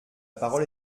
parole